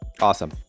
Awesome